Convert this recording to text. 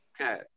Okay